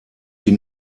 die